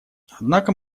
однако